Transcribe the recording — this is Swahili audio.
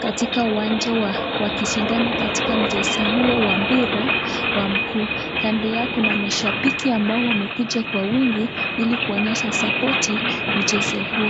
katika uwanja wakishindana katika mchezo huo wa mpira wa mguu. Kando yao kuna mashabiki ambao wamekuja kwa wingi ili kuonyesha support mchezo huo.